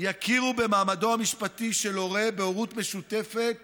יכירו במעמדו המשפטי של הורה בהורות משותפת